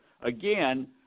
Again